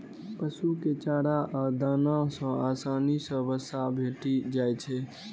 पशु कें चारा आ दाना सं आसानी सं वसा भेटि जाइ छै